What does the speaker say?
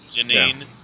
Janine